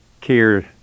care